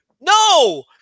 No